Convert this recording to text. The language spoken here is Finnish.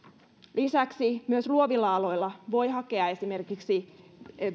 lisäksi myös luovilla aloilla voi hakea esimerkiksi